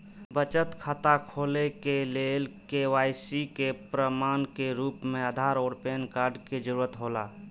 बचत खाता खोले के लेल के.वाइ.सी के प्रमाण के रूप में आधार और पैन कार्ड के जरूरत हौला